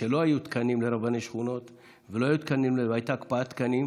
כשלא היו תקנים לרבני שכונות והייתה הקפאת תקנים,